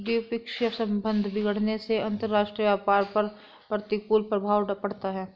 द्विपक्षीय संबंध बिगड़ने से अंतरराष्ट्रीय व्यापार पर प्रतिकूल प्रभाव पड़ता है